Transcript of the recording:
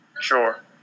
Sure